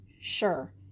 sure